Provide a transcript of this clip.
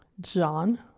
john